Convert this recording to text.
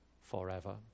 forever